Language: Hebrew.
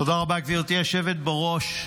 תודה רבה, גברתי היושבת בראש.